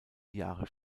jahre